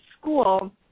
school